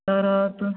तर तुम्ही